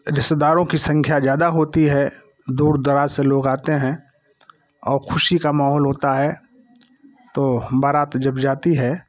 रिश्तेदारों की संख्या ज़्यादा होती है दूर दराज से लोग आते हैं और खुशी का माहौल होता है तो बारात जब जाती है